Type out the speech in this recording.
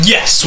Yes